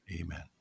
Amen